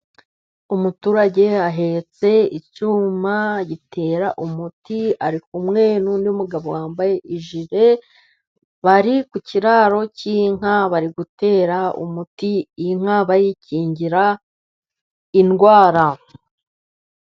Umuturage ahetse icyuma gitera umuti ,ari kumwe n'undi mugabo wambaye ijire ,bari ku kiraro cy'inka bari gutera umuti, inka bayikingira indwara.